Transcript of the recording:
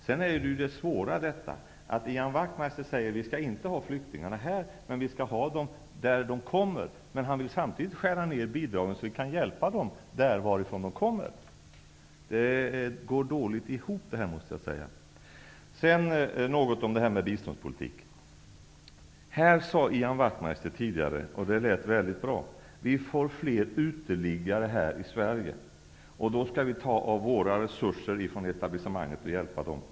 Ian Wachtmeister säger att vi inte skall ha flyktingar här, vi skall hjälpa dem där de kommer ifrån. Men han vill samtidigt skära ner bidraget för att hjälpa dem där de kommer ifrån. Det går dåligt ihop, måste jag säga. Något om biståndspolitiken. Ian Wachtmeister sade tidigare, och det lät väldigt bra: Vi får fler uteliggare här i Sverige, och då skall vi ta resurser från etablissemanget och hjälpa dem.